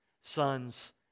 sons